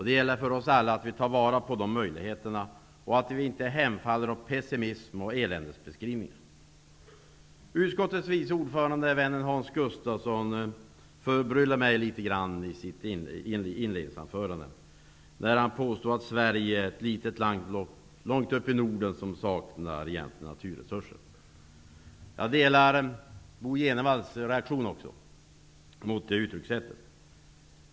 Det gäller för oss alla att ta vara på dessa möjligheter och att inte hemfalla åt pessimism och eländesbeskrivningar. Gustafsson, förbryllade mig litet grand när han i sitt inledningsanförande påstod att Sverige är ett litet land långt upp i Norden som saknar egentliga naturresurser. Jag delar också Bo G Jenevalls reaktion mot det uttryckssättet.